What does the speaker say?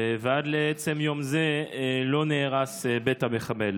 ועד לעצם יום זה לא נהרס בית המחבל.